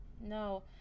No